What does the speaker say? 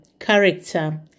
character